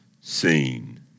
seen